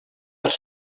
als